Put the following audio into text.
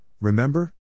remember